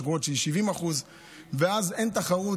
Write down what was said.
יש מקומות שהיא 70% ואז אין תחרות,